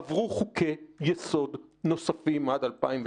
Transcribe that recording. עברו חוקי יסוד נוספים עד 2003,